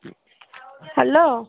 hello